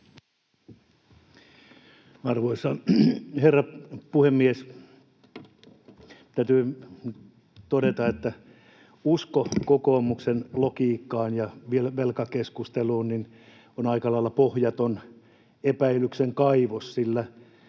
Arvoisa herra puhemies! Täytyy todeta, että usko kokoomuksen logiikkaan ja velkakeskusteluun on aika lailla pohjaton epäilyksen kaivos,